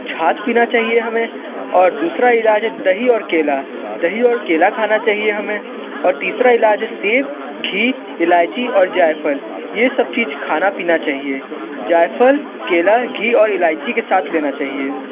छाछ पीना चाहिए हमें और दूसरा इलाज है दही और केला दही और केला खाना चाहिए हमें और तीसरा इलाज है सेब घी इलाइची और जायफ़ल यह सब चीज़ खाना पीना चाहिए जायफ़ल केला घी और इलाइची के साथ लेना चाहिए